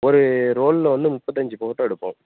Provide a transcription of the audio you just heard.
ஒரு ரோல்ல வந்து முப்பத்தஞ்சு ஃபோட்டோ எடுப்போம்